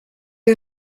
you